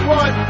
one